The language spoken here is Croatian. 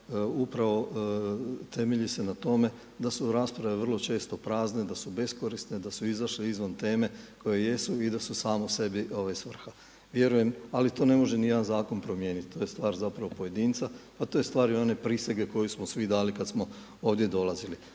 upravo temelji se na tome da su rasprave vrlo često prazne, da su beskorisne, da su izašle izvan teme koje jesu i da su same sebi svrha. Vjerujem, ali to ne može niti jedan zakon promijeniti, to je stvar zapravo pojedinca, a to je stvar i one prisege koju smo svi dali kada smo ovdje dolazili.